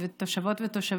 לא.